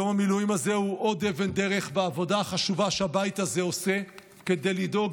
יום המילואים הזה הוא עוד אבן דרך בעבודה החשובה שהבית הזה עושה כדי לדאוג